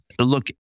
Look